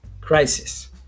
crisis